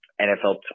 NFL